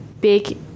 big